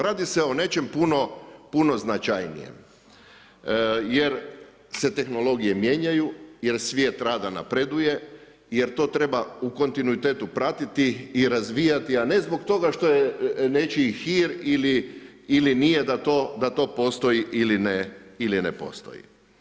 Radi se o nečem puno značajnijem, jer se tehnologije mijenjaju, jer svijet rada napreduje, jer to treba u kontinuitetu pratiti i razvijati, a ne zbog toga što je nečiji hir ili nije da to postoji ili ne postoji.